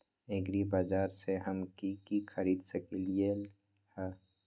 एग्रीबाजार से हम की की खरीद सकलियै ह?